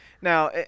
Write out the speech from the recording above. now